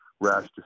rash